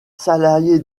salarié